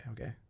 okay